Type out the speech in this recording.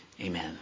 Amen